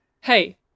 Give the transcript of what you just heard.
Hey